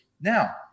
Now